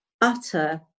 utter